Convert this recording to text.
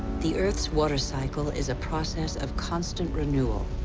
the earth's water cycle is a process of constant renewal.